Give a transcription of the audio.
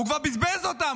הוא כבר בזבז אותם.